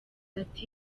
ati